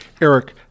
Eric